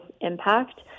impact